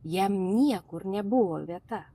jam niekur nebuvo vieta